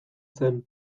zen